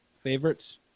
favorites